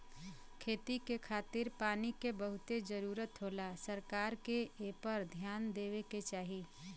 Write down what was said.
खेती के खातिर पानी के बहुते जरूरत होला सरकार के एपर ध्यान देवे के चाही